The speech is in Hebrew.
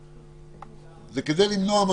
זה כדי למנוע,